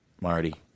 Marty